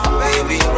baby